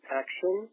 action